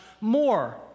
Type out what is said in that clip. more